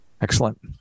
Excellent